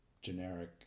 generic